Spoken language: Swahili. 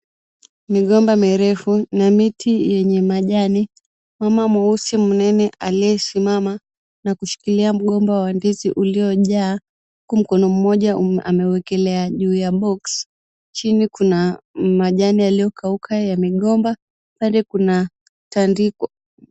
Migomba mirefu na miti yenye majani. Mama mweusi mnene aliyesimama na kushikilia mgomba wa ndizi uliojaa, huku mkono mmoja amewekelea juu ya box . Chini kuna majani yaliyokauka ya migomba. Upande kuna tandiko.